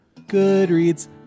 Goodreads